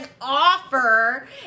offer